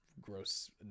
gross